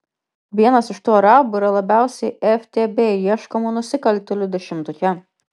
vienas iš tų arabų yra labiausiai ftb ieškomų nusikaltėlių dešimtuke